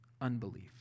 unbelief